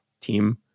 team